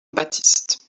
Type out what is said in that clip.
baptiste